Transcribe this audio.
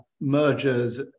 Merger's